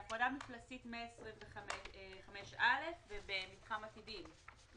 בהפרדה מפלסית במפגש 125א' ובמתחם עתידים.